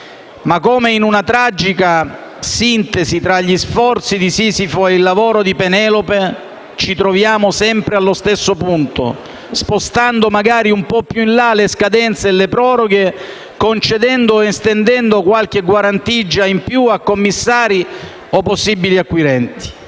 ma, come in una tragica sintesi tra gli sforzi di Sisifo e il lavoro di Penelope, ci troviamo sempre allo stesso punto, spostando magari un po' più in là le scadenze e le proroghe, concedendo o estendendo qualche guarentigia in più a commissari o possibili acquirenti.